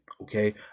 Okay